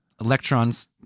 electrons